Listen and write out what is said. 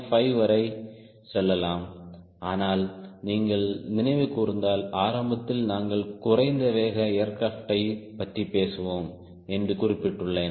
5 வரை செல்லலாம் ஆனால் நீங்கள் நினைவு கூர்ந்தால் ஆரம்பத்தில் நாங்கள் குறைந்த வேக ஏர்கிராப்ட் யை பற்றி பேசுவோம் என்று குறிப்பிட்டுள்ளேன்